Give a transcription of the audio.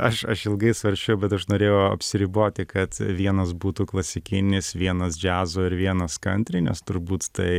aš aš ilgai svarsčiau bet aš norėjau apsiriboti kad vienas būtų klasikinis vienas džiazo ir vienas kantri nes turbūt tai